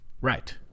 Right